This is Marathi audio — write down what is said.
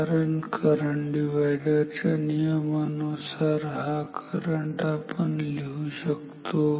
कारण करंट डिव्हायडर च्या नियमानुसार हा करंट आपण लिहू शकतो 𝐼𝑅𝑥𝑅𝑣𝑅𝑥